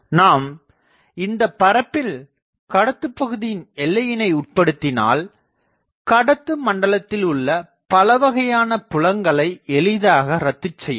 நாம் இந்தப் பரப்பில் கடத்துப்பகுதியின் எல்லையினை உட்படுத்தினால் கடத்து மண்டலத்தில் உள்ள பலவகையான புலங்களை எளிதாக ரத்துச் செய்யலாம்